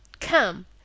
Come